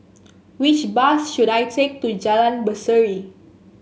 which bus should I take to Jalan Berseri